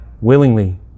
willingly